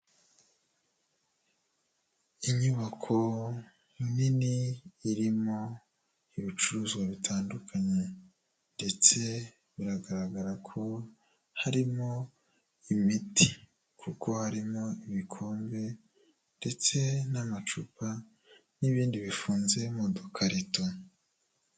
Inyubako, nini irimo, ibicuruzwa bitandukanye, ndetse biragaragara ko, harimo imiti, kuko harimo ibikombe, ndetse n'amacupa, n'ibindi bifunze mudukarito.